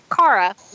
Kara